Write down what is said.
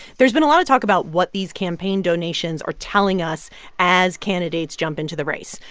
there's been a lot of talk about what these campaign donations are telling us as candidates jump into the race.